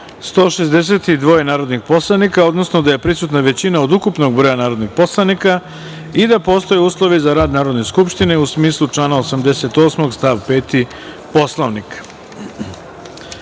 162 narodna poslanika, odnosno da je prisutna većina od ukupnog broja narodnih poslanika i da postoje uslovi za rad Narodne skupštine, u smislu člana 88. stav 5. Poslovnika. Da